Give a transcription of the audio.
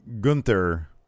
gunther